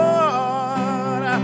Lord